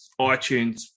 iTunes